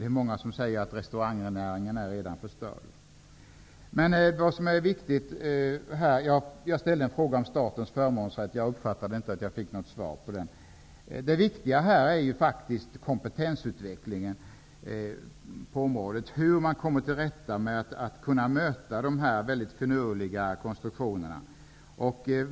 Det är många som säger att restaurangnäringen redan är förstörd. Jag ställde en fråga om statens förmånsrätt. Jag uppfattade inte att jag fick något svar på den. Det viktiga är kompetensutvecklingen på området -- hur man skall komma till rätta med och kunna möta dessa mycket förnurliga konstruktioner.